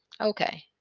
okay